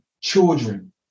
children